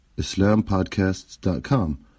islampodcasts.com